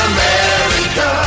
America